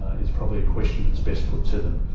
ah is probably a question that's best put to them.